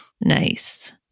Nice